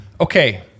Okay